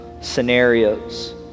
scenarios